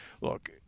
look